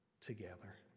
together